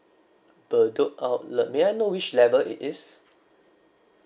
bedok outlet may I know which level it is